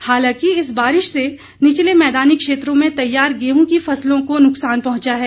हालांकि इस बारिश से निचले मैदानी क्षेत्रों में तैयार गेहं की फसलों को नुकसान पहंचा है